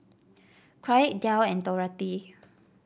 Kraig Del and Dorathy